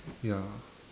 ya